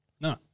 No